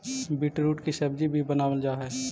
beetroot की सब्जी भी बनावाल जा हई